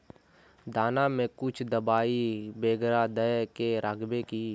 दाना में कुछ दबाई बेगरा दय के राखबे की?